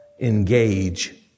engage